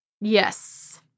yes